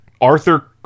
arthur